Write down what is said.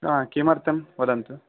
किमर्थं वदन्तु